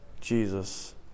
Jesus